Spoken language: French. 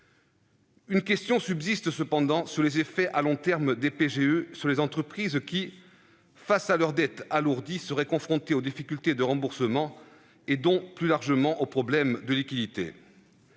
Une question subsiste toutefois sur les effets à long terme des PGE pour les entreprises qui, face à l'alourdissement de leurs dettes, seraient confrontées aux difficultés de remboursement et, plus largement, à des problèmes de liquidité.